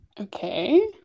Okay